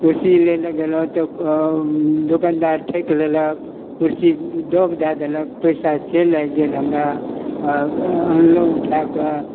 कुर्सी लै लऽ गेलहुँ तऽ दोकानदार ठकि लेलक कुर्सी दब दै देलक पैसा से लागि गेल हमरा अनलहुँ उठा कऽ